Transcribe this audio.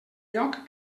lloc